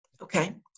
Okay